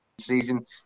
season